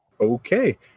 Okay